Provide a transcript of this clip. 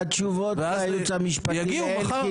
והתשובות של אלקין?